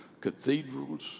cathedrals